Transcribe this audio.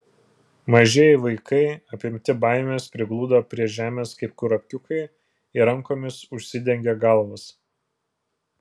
mažieji vaikai apimti baimės prigludo prie žemės kaip kurapkiukai ir rankomis užsidengė galvas